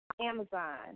Amazon